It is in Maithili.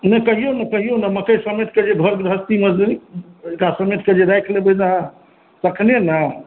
नहि कहियौ ने कहियौ ने मकइ समेटिकऽ जे घर गृहस्थीमे जे एकरा समेटिकऽ जे राखि लेबै ने तखने ने